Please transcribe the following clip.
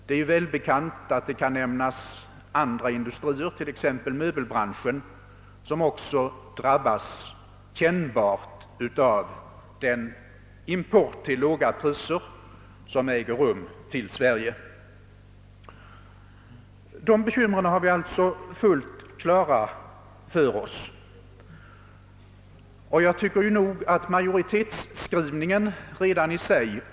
Det är ju välbekant att det kan nämnas andra industrier, t.ex. möbelindustrin, som kännbart drabbats av den import till låga priser som äger rum till Sverige. Dessa bekymmer har vi alltså fullt klart för oss, och jag tycker nog att de uppmärksammats redan i utskottsmajoritetens skrivning.